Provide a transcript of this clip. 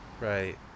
right